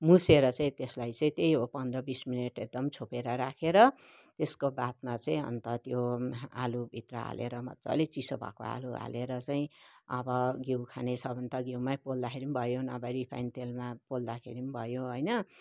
मुसेर चाहिँ त्यसलाई चाहिँ त्यही हो पन्ध्र बिस मिनट एकदम छोपेर राखेर त्यसको बादमा चाहिँ अन्त त्यो आलुभित्र हालेर मज्जाले चिसो भएको आलु हालेर चाहिँ अब घिउ खाने छ भने त घिउमै पोल्दाखेरि पनि भयो नभा रिफाइन तेलमा पोल्दाखेरि पनि भयो होइन